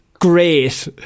great